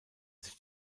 sich